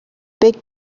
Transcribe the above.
big